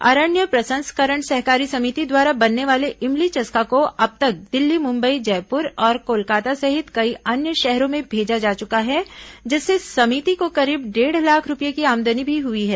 अरण्या प्रसंस्करण सहकारी समिति द्वारा बनने वाले इमली चस्का को अब तक दिल्ली मुंबई जयपुर और कोलकाता सहित कई अन्य शहरों में भेजा जा चुका है जिससे समिति को करीब डेढ़ लाख रूपये की आमदनी भी हुई है